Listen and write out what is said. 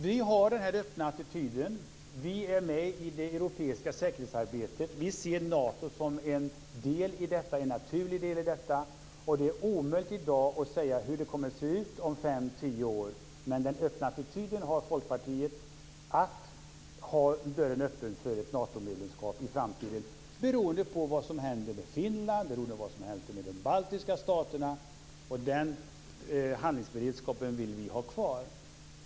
Vi har den här öppna attityden. Vi är med i det europeiska säkerhetsarbetet. Vi ser Nato som en naturlig del i detta. Det är omöjligt att i dag säga hur det kommer att se ut om fem-tio år. Men Folkpartiet har attityden att ha dörren öppen för ett Natomedlemskap i framtiden, beroende på vad som händer med Finland, beroende på vad som händer med de baltiska staterna. Den handlingsberedskapen vill vi ha kvar.